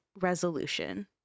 resolution